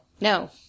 No